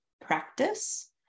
practice